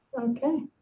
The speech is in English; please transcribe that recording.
Okay